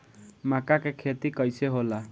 मका के खेती कइसे होला?